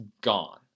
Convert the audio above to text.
gone